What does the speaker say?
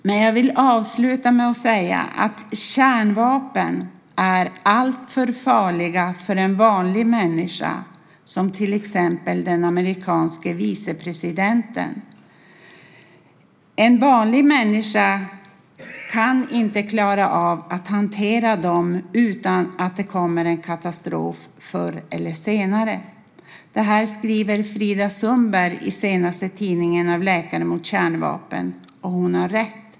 Men jag vill avsluta med att säga att kärnvapen är alltför farliga för en vanlig människa, som till exempel den amerikanske vicepresidenten. En vanlig människa kan inte klara av att hantera dem utan att det kommer en katastrof förr eller senare. Det här skriver Frida Sundberg i senaste numret av tidningen Läkare mot kärnvapen, och hon har rätt.